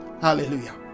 hallelujah